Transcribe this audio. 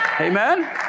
Amen